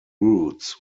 routes